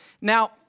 Now